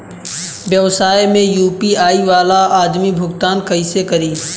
व्यवसाय में यू.पी.आई वाला आदमी भुगतान कइसे करीं?